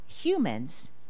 humans